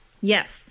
Yes